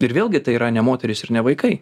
ir vėlgi tai yra ne moterys ir ne vaikai